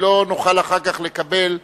לא נקבל טענות